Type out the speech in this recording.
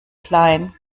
klein